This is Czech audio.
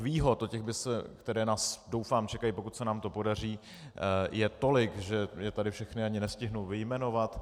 Výhod, které nás doufám čekají, pokud se nám to podaří, je tolik, že je tady všechny ani nestihnu vyjmenovat.